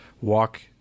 walk